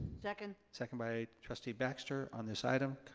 second. second by trustee baxter. on this item,